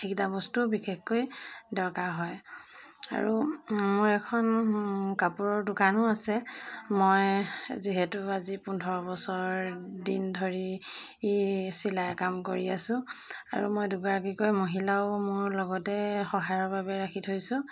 সেইকেইটা বস্তু বিশেষকৈ দৰকাৰ হয় আৰু মোৰ এখন কাপোৰৰ দোকানো আছে মই যিহেতু আজি পোন্ধৰ বছৰ দিন ধৰি চিলাই কাম কৰি আছোঁ আৰু মই দুগৰাকীকৈ মহিলাও মোৰ লগতে সহায়ৰ বাবে ৰাখি থৈছোঁ